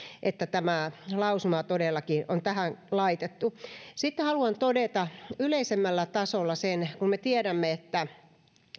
että tämä lausuma todellakin on tähän laitettu sitten haluan todeta yleisemmällä tasolla sen että kun me tiedämme että